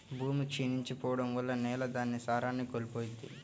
భూమి క్షీణించి పోడం వల్ల నేల దాని సారాన్ని కోల్పోయిద్ది